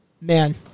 Man